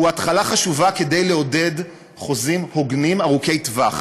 הוא התחלה חשובה כדי לעודד חוזים הוגנים ארוכי-טווח,